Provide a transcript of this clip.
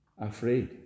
afraid